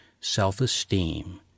self-esteem